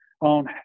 on